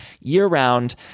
year-round